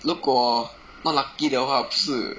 如果 not lucky 的话不是